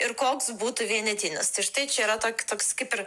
ir koks būtų vienetinis ir štai čia yra to toks kaip ir